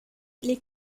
les